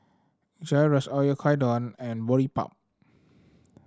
Gyros Oyakodon and Boribap